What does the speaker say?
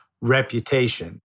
reputation